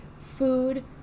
Food